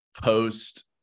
post